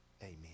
Amen